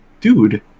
dude